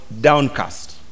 downcast